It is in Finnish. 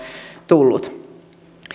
tullut